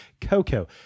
Coco